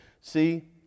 See